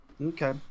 Okay